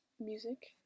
music